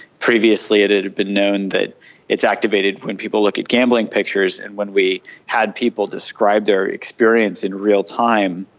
previously it it had been known that it's activated when people look at gambling pictures and when we had people describe their experience in real time,